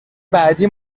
بعدی